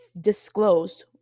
disclose